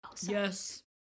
Yes